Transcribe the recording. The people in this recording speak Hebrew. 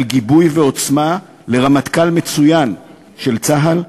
גיבוי ועוצמה לרמטכ"ל מצוין של צה"ל.